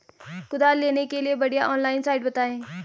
कुदाल लेने के लिए बढ़िया ऑनलाइन साइट बतायें?